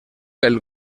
pel